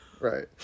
Right